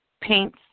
paints